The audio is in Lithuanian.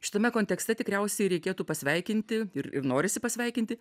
šitame kontekste tikriausiai reikėtų pasveikinti ir ir norisi pasveikinti